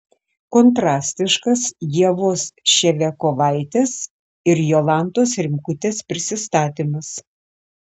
kontrastiškas ievos ševiakovaitės ir jolantos rimkutės prisistatymas